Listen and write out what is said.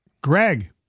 Greg